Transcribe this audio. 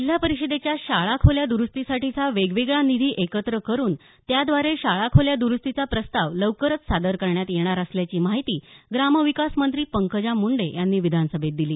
जिल्हा परिषदेच्या शाळाखोल्या दुरुस्तीसाठीचा वेगवेगळा निधी एकत्र करुन त्याद्वारे शाळा खोल्या दरुस्तीचा प्रस्ताव लवकरच सादर करण्यात येणार असल्याची माहिती ग्रामविकास मंत्री पंकजा मुंडे यांनी विधान सभेत दिली